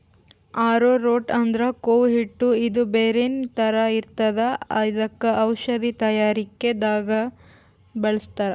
ಆರೊ root ಅಂದ್ರ ಕೂವ ಹಿಟ್ಟ್ ಇದು ಬೇರಿನ್ ಥರ ಇರ್ತದ್ ಇದಕ್ಕ್ ಔಷಧಿ ತಯಾರಿಕೆ ದಾಗ್ ಬಳಸ್ತಾರ್